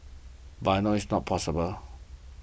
but I know it's not possible